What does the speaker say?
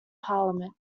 parliament